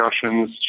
discussions